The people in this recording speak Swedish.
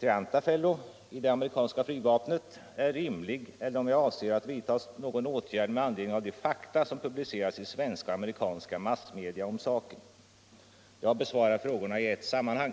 Triantafellu i det amerikanska flygvapnet, är rimlig eller om jag avser att vidta någon åtgärd med anledning av de fakta som publicerats i Svenska och amerikanska massmedia om saken. Jag besvarar frågorna i ett sammanhång.